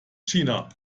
china